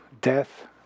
death